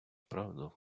правду